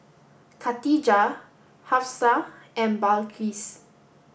Katijah Hafsa and Balqis